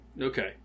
Okay